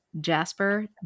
Jasper